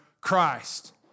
Christ